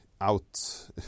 out